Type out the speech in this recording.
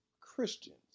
Christians